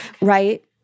Right